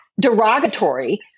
derogatory